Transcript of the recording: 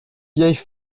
vieilles